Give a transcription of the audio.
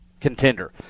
contender